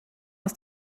aus